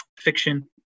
fiction